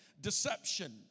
deception